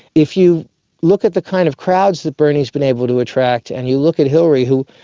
if you look at the kind of crowds that bernie has been able to attract and you look at hillary who,